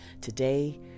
today